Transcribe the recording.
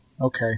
okay